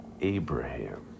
Abraham